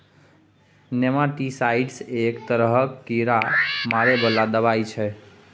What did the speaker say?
nematicides एक तरहक कीड़ा मारै बला दबाई छै